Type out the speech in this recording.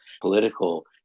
political